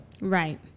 Right